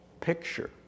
picture